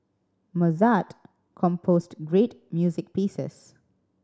Mozart composed great music pieces